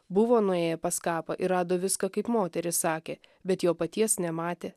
buvo nuėję pas kapą ir rado viską kaip moterys sakė bet jo paties nematė